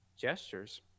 gestures